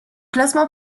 classement